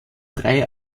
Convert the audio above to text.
drei